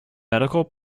medical